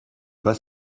pas